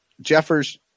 Jeffers